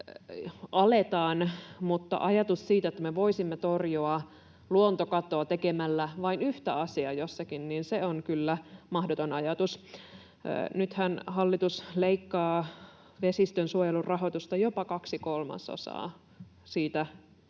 mutta ajatus siitä, että me voisimme torjua luontokatoa tekemällä vain yhtä asiaa jossakin, on kyllä mahdoton ajatus. Nythän hallitus leikkaa vesistönsuojelun rahoitusta jopa kaksi kolmasosaa siitä